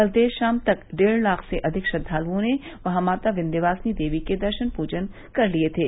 कल देर शाम तक डेढ़ लाख से अधिक श्रद्दालुओं ने वहां माता विन्ध्यावासिनी देवी के दर्शन पूजन कर लिए थे